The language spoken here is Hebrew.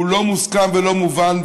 הוא לא מוסכם ולא מובן,